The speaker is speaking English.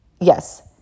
Yes